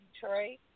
Detroit